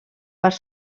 part